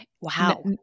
Wow